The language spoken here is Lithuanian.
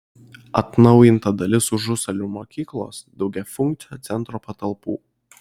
atnaujinta dalis užusalių mokyklos daugiafunkcio centro patalpų